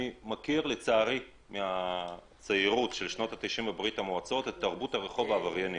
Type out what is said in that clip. אני מכיר לצערי משנות ה-90 בברית המועצות את תרבות הרחוב העבריינית.